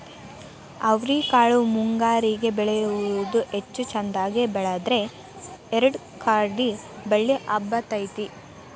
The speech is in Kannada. ಅವ್ರಿಕಾಳು ಮುಂಗಾರಿಗೆ ಬೆಳಿಯುವುದ ಹೆಚ್ಚು ಚಂದಗೆ ಬೆಳದ್ರ ಎರ್ಡ್ ಅಕ್ಡಿ ಬಳ್ಳಿ ಹಬ್ಬತೈತಿ